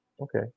Okay